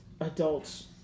adults